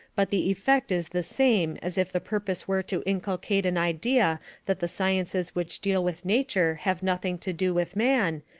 but the effect is the same as if the purpose were to inculcate an idea that the sciences which deal with nature have nothing to do with man,